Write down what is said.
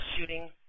shooting